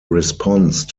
response